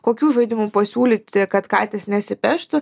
kokių žaidimų pasiūlyti kad katės nesipeštų